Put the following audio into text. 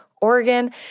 Oregon